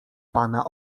pana